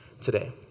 today